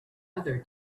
other